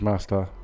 Master